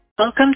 Welcome